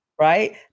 right